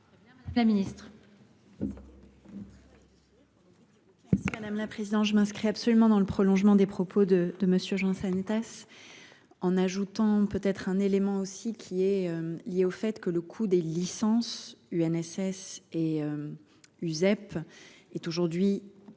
madame la ministre,